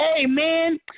Amen